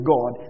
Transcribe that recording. God